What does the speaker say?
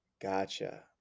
Gotcha